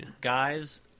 guys